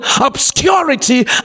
obscurity